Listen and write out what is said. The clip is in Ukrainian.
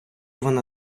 вона